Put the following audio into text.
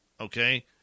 Okay